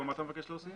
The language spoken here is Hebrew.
מה אתה מבקש להוסיף?